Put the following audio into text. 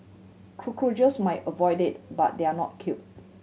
cockroaches may avoid it but they are not killed